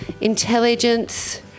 intelligence